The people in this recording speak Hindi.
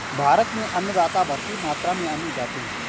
भारत में अन्नदाता भरपूर मात्रा में अन्न उगाते हैं